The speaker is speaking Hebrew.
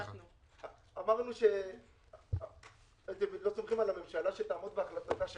אתם לא סומכים על הממשלה שתעמוד בהחלטתה שלה?